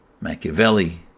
Machiavelli